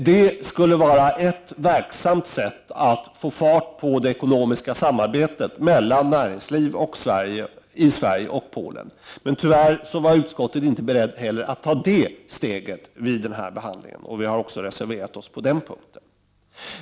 Det skulle vara ett verksamt sätt att få fart på det ekonomiska samarbetet mellan näringsliv i Sverige och näringsliv i Polen. Tyvärr var utskottet inte berett att ta det steget heller vid behandlingen. Vi har reserverat oss även på den punkten.